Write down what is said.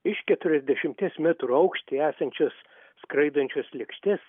iš keturiasdešimties metrų aukštyje esančios skraidančios lėkštės